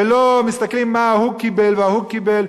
ולא מסתכלים מה ההוא קיבל וההוא קיבל,